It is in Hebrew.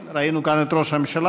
כן, ראינו כאן את ראש הממשלה.